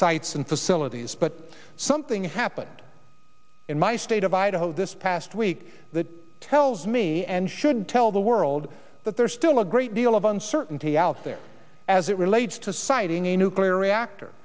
sites and facilities but something happened in my state of idaho this past week that tells me and should tell the world that there is still a great deal of uncertainty out there as it relates to siting a nuclear reactor